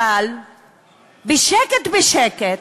אבל בשקט-בשקט,